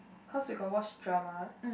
cause we got watch drama